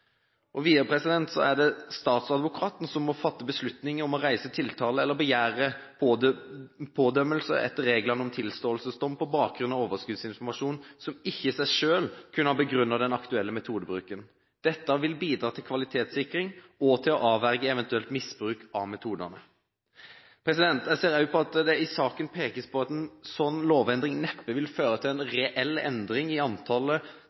vanskeliggjort. Videre er det statsadvokaten som må fatte beslutning om å reise tiltale eller begjære pådømmelse etter reglene om tilståelsesdom på bakgrunn av overskuddsinformasjon som ikke i seg selv kunne ha begrunnet den aktuelle metodebruken. Dette vil bidra til kvalitetssikring og til å avverge eventuelt misbruk av metodene. Jeg ser også på at det i saken pekes på at en sånn lovendring neppe vil føre til en reell endring i antallet